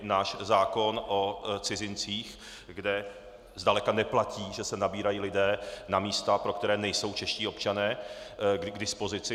Náš zákon o cizincích, kde zdaleka neplatí, že se nabírají lidé na místa, pro která nejsou čeští občané k dispozici.